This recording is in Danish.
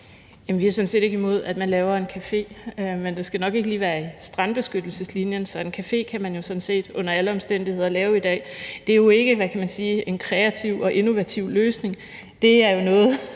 Vi har sådan set ikke noget imod, at man laver en café, men det skal nok ikke lige været i strandbeskyttelseslinjen. Så en café kan man jo sådan set under alle omstændigheder lave i dag. Det er jo ikke, hvad kan man sige, en kreativ og innovativ løsning. Det er noget,